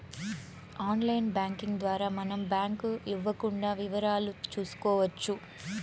online banking ద్వారా మనం bank ఇవ్వకుండా వివరాలు చూసుకోవచ్చు